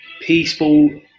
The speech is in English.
peaceful